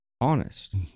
honest